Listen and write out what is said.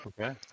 Okay